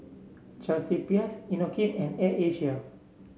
Chelsea Peers Inokim and Air Asia